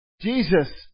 Jesus